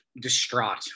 distraught